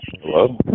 Hello